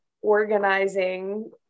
organizing